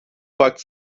farklı